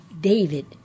David